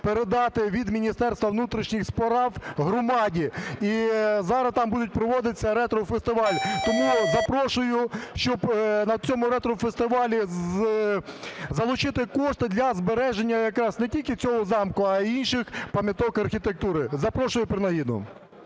передати від Міністерства внутрішніх справ громаді, і зараз там будуть проводитися ретро-фестивалі. Тому запрошую, щоб на цьому ретро-фестивалі залучити кошти для збереження якраз не тільки цього замку, а й інших пам'яток архітектури, запрошую принагідно.